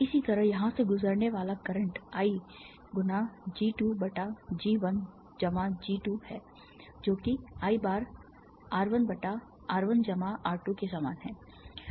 इसी तरह यहाँ से गुजरने वाला करंट I गुना G 2 बटा G 1 जमा G 2 है जो कि I बार R 1 बटा R 1 जमा R 2 के समान है